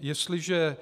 Jestliže